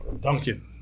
Duncan